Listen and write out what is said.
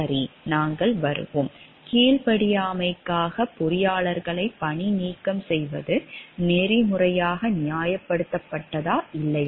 சரி நாங்கள் வருவோம் கீழ்ப்படியாமைக்காக பொறியாளர்களை பணிநீக்கம் செய்வது நெறிமுறையாக நியாயப்படுத்தப்பட்டதா இல்லையா